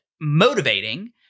motivating